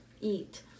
eat